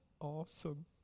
awesome